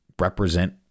represent